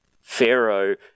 Pharaoh